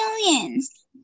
millions